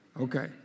Okay